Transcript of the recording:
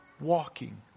Walking